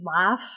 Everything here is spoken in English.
laugh